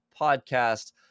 podcast